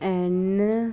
N